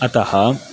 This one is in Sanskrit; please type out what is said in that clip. अतः